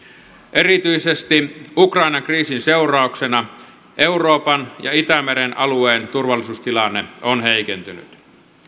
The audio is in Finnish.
erityisesti ukrainan kriisin seurauksena euroopan ja itämeren alueen turvallisuustilanne on heikentynyt